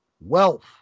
wealth